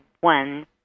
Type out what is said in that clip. one